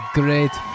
great